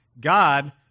God